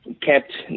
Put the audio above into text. kept